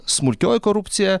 smulkioji korupcija